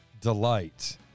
delight